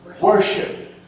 worship